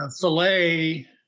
filet